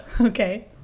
Okay